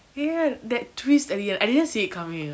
ya that twist at the end I didn't see it coming eh